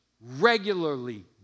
regularly